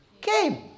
came